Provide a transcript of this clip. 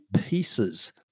pieces